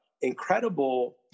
incredible